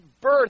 birth